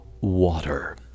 water